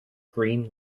green